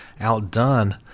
outdone